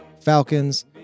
Falcons